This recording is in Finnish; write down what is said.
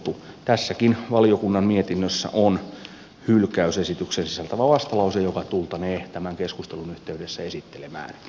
tässäkin valiokunnan mietinnössä on hylkäysesityksen sisältävä vastalause joka tultaneen tämän keskustelun yhteydessä esittelemään